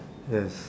yes